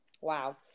wow